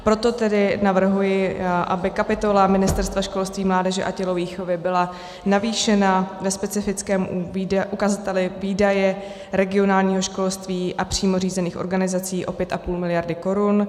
Proto tedy navrhuji, aby kapitola Ministerstva školství, mládeže a tělovýchovy byla navýšena ve specifickém ukazateli výdaje regionálního školství a přímo řízených organizací o 5,5 mld. korun.